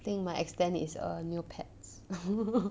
then in my extend it is a neopets